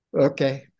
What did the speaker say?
Okay